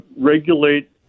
regulate